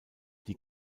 die